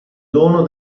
dono